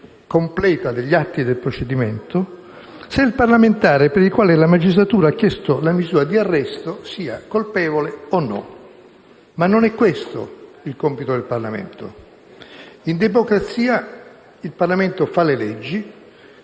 il Parlamento fa le leggi